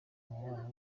umubano